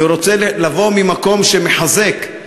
אני רוצה לבוא ממקום שמחזק,